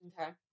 Okay